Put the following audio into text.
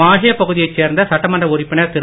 மாஹே பகுதியைச் சேர்ந்த சட்டமன்ற உறுப்பினர் திரு